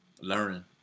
learning